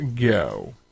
go